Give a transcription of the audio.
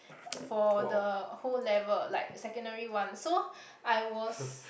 for the whole level like secondary-one so I was